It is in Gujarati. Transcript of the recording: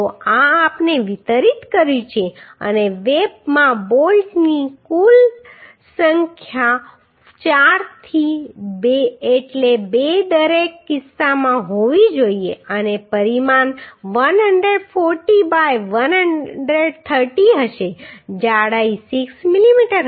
તો આ આપણે વિતરિત કર્યું છે અને વેબમાં બોલ્ટની કુલ સંખ્યા 4 એટલે બે દરેક કિસ્સામાં હોવી જોઈએ અને પરિમાણ 140 બાય 130 હશે જાડાઈ 6 mm હશે